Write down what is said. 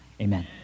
Amen